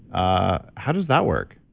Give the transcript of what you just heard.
ah how does that work?